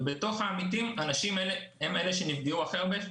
ובתוך העמיתים הנשים הן אלה שנפגעו הכי הרבה,